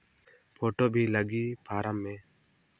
Photo भी लगी form मे?